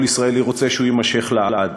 כל ישראלי רוצה שהוא יימשך לעד.